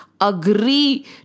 agree